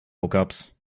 hookups